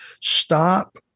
stop